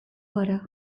gara